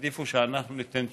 העדיפו שאנחנו ניתן תשובה.